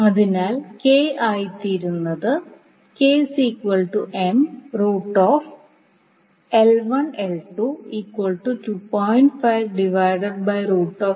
അതിനാൽ k ആയിത്തീരുന്നത് k 0